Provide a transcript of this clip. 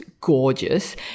gorgeous